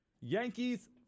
Yankees